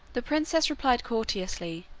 the princess replied courteously,